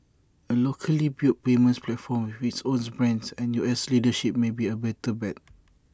A locally built payments platform with its own brands and U S leadership may be A better bet